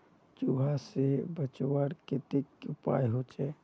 चूहा से बचवार केते की उपाय होचे?